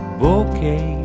bouquet